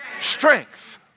Strength